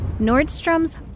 Nordstrom's